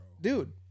Dude